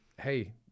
hey